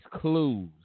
clues